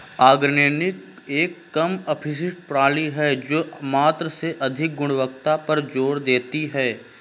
organic एक कम अपशिष्ट प्रणाली है जो मात्रा से अधिक गुणवत्ता पर जोर देती है